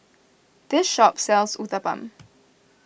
this shop sells Uthapam